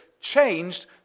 changed